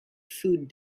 food